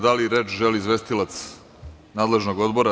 Da li reč želi izvestilac nadležnog odbora?